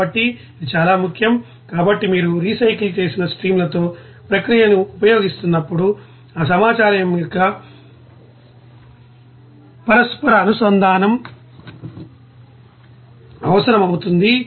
కాబట్టి ఇది చాలా ముఖ్యం కాబట్టి మీరు రీసైకిల్ చేసిన స్ట్రీమ్లతో ప్రక్రియను ఉపయోగిస్తున్నప్పుడు ఆ సమాచారం యొక్క పరస్పర అనుసంధానం అవసరం అవుతుంది